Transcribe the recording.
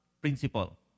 principle